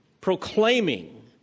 proclaiming